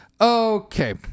Okay